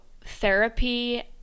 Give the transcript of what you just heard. therapy